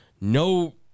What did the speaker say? no